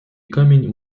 камінь